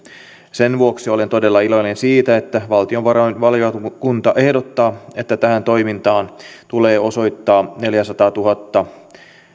sen vuoksi olen todella iloinen siitä että valtiovarainvaliokunta ehdottaa että tähän toimintaan tulee osoittaa neljäsataatuhatta